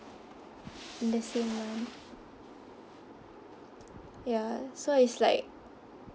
the same month ya so it's like